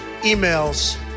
emails